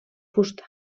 fusta